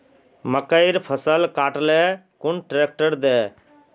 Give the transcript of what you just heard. मकईर फसल काट ले कुन ट्रेक्टर दे?